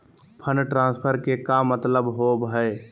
Fund transfer के का मतलब होव हई?